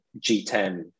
G10